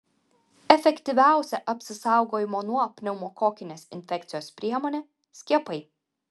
efektyviausia apsisaugojimo nuo pneumokokinės infekcijos priemonė skiepai